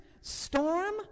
storm